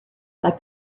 like